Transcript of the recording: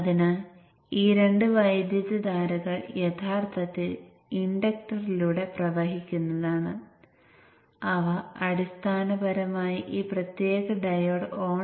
അത് Vin നെ നേരിടണം